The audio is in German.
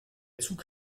zug